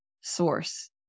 source